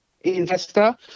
investor